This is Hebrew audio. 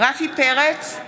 רפי פרץ,